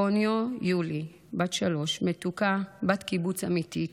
קוניו יולי, בת שלוש מתוקה, בת קיבוץ אמיתית,